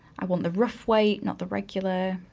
i want the rough way, not the regular,